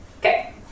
Okay